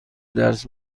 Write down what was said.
درس